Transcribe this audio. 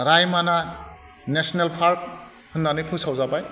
Raimona national park होननानै फोसावजाबाय